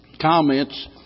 comments